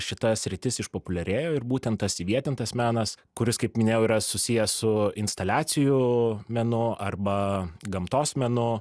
šita sritis išpopuliarėjo ir būtent tas įvietintas menas kuris kaip minėjau yra susiję su instaliacijų menu arba gamtos menu